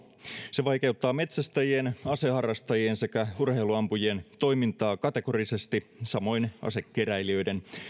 se vaikeuttaa metsästäjien aseharrastajien sekä urheiluampujien toimintaa kategorisesti samoin asekeräilijöiden